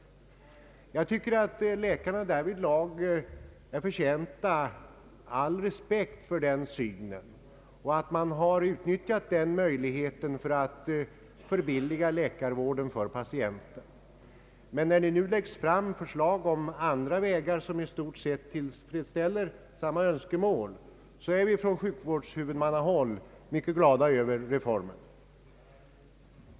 Jag tycker att läkarna förtjänar all respekt för den synen och för att de har utnyttjat den möjligheten att förbilliga läkarvården för patienterna. Men när det nu läggs fram förslag om andra metoder, som i stort sett tillfredsställer samma önskemål, är vi från sjukvårdshuvudmannahåll mycket glada över det.